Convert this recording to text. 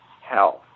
health